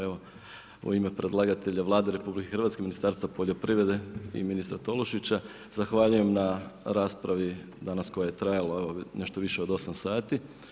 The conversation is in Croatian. Evo u ime predlagatelja Vlade Republike Hrvatske, Ministarstva poljoprivrede i ministra Tolušića zahvaljujem na raspravi danas koja je trajala evo nešto više od 8 sati.